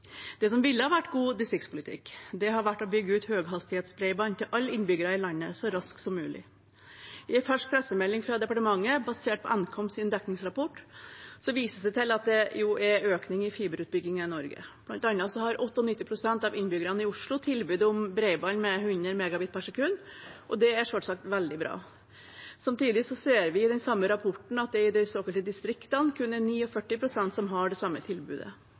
Det som ville vært god distriktspolitikk, hadde vært å bygge ut høyhastighetsbredbånd til alle innbyggere i landet så raskt som mulig. I en fersk pressemelding fra departementet basert på Nkoms dekningsrapport vises det til at det er økning i fiberutbyggingen i Norge. Blant annet har 98 pst. av innbyggerne i Oslo tilbud om bredbånd med 100 Mbit/s, og det er selvsagt veldig bra. Samtidig ser vi i den samme rapporten at det i de såkalte distriktene kun er 49 pst. som har det samme tilbudet.